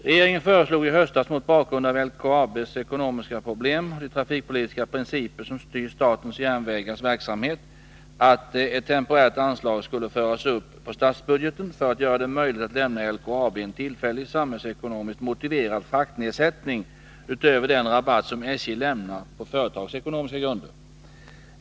Regeringen föreslog i höstas mot bakgrund av LKAB:s ekonomiska problem och de trafikpolitiska principer som styr statens järnvägars verksamhet att ett temporärt anslag skulle föras upp på statsbudgeten för att göra det möjligt att lämna LKAB en tillfällig, samhällsekonomiskt motiverad fraktnedsättning utöver den rabatt som SJ lämnar på företagsekonomiska grunder.